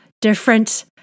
different